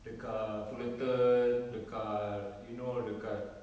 dekat fullerton dekat you know dekat